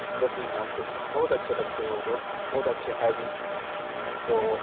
جسیم نام کے بہت اچھے لگتے ہے وہ دوست بہت اچھے ہے بھی تو